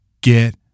get